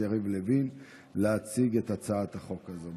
יריב לוין להציג את הצעת החוק הזו.